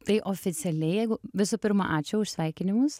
tai oficialiai jeigu visų pirma ačiū už sveikinimus